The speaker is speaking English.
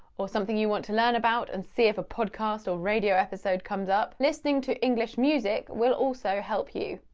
or something you want to learn about, and see if a podcast or a radio episode comes up. listening to english music will also help you.